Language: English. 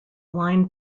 line